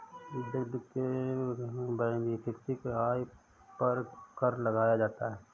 व्यक्ति के वैयक्तिक आय पर कर लगाया जाता है